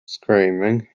screaming